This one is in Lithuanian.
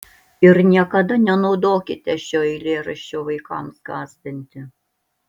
ir niekada nenaudokite šio eilėraščio vaikams gąsdinti